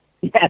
Yes